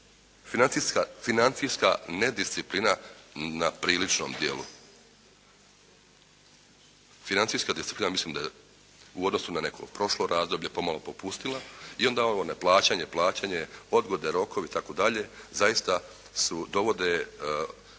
financijska nedisciplina na priličnom djelu. Financijska disciplina mislim da u odnosu na neko prošlo razdoblje pomalo popustila i onda ovo neplaćanje, plaćanje, odgode, rokovi itd. zaista dovode